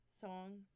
song